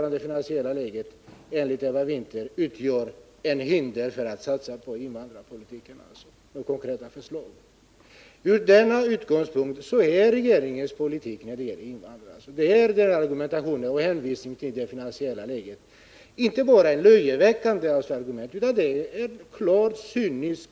Från den utgångspunkten är regeringens politik när det gäller invandrarna och dess hänvisning till det finansiella läget inte bara löjeväckande utan klart cynisk.